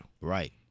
right